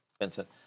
Vincent